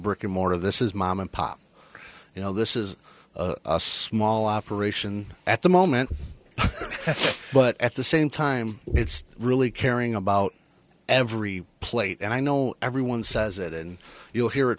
brick and mortar this is mom and pop you know this is a small operation at the moment but at the same time it's really caring about every plate and i know everyone says it and you hear it